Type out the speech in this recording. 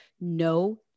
No